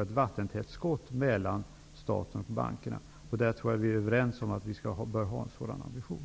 ett vattentätt skott mellan staten och bankerna. Jag tror att vi är överens om att vi bör ha en sådan ambition.